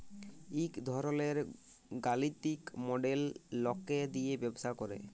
ইক ধরলের গালিতিক মডেল লকে দিয়ে ব্যবসা করে